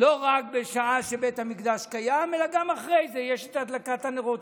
לא רק בשעה שבית המקדש קיים אלא גם אחרי זה יש את הדלקת הנרות.